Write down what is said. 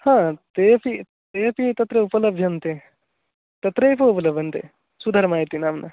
तेपि ते अपि तत्र उपलभ्यन्ते तत्रेव उपलभ्यन्ते सुधर्मा इति नाम्ना